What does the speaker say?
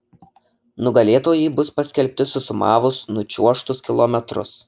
nugalėtojai bus paskelbti susumavus nučiuožtus kilometrus